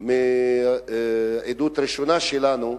שלנו,